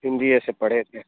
हिंदी से पढ़े थे